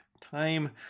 time